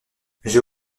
j’ai